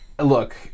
look